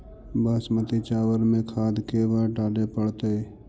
बासमती चावल में खाद के बार डाले पड़तै?